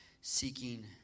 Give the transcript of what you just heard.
seeking